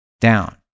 down